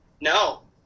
No